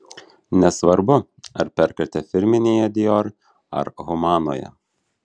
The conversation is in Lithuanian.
nesvarbu ar perkate firminėje dior ar humanoje